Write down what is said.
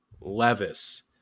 Levis